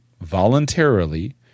voluntarily